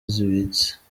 zibitse